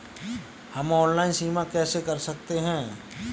हम ऑनलाइन बीमा कैसे कर सकते हैं?